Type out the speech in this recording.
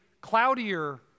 cloudier